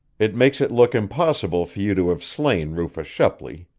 it makes it look impossible for you to have slain rufus shepley,